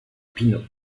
pino